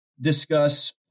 discuss